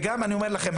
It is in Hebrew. וגם אני אומר לכם,